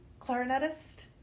clarinetist